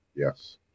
Yes